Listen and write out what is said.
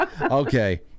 Okay